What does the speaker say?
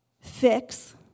fix